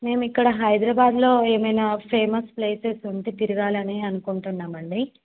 మేము ఇక్కడ హైదరాబాద్లో ఏమైన ఫేమస్ ప్లేసెస్ ఉంటే తిరగాలని అనుకుంటున్నాం అండి